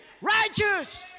righteous